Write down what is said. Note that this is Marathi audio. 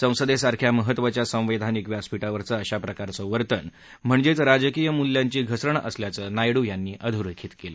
संसदेसारख्या महत्वाच्या संवैधानिक व्यासपीठावरचं अशाप्रकारचं वर्तन म्हणजेच राजकीय मुल्यांची घसरण असल्याचं नायडू यांनी यावेळी सांगितलं